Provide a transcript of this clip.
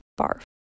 Barf